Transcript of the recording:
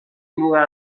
نور